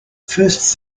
first